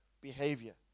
behavior